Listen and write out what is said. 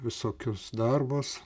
visokius darbus